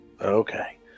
Okay